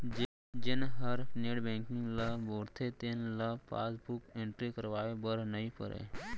जेन हर net banking ल बउरथे तेन ल पासबुक एंटरी करवाए बर नइ परय